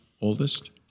oldest